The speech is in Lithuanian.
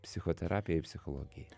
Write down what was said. psichoterapijai psichologijai